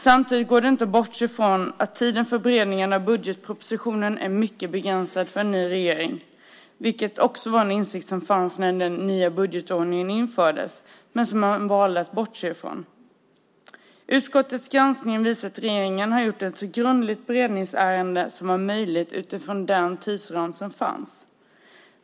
Samtidigt går det inte att bortse från att tiden för beredning av budgetpropositionen är mycket begränsad för en ny regering, vilket också var en insikt när den nya budgetordningen infördes men som man valde att bortse från. Utskottets granskning visar att regeringen har gjort ett så grundligt beredningsarbete som var möjligt utifrån den tidsram som fanns.